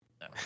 No